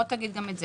תגיד גם את זה.